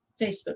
Facebook